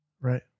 Right